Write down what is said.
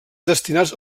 destinats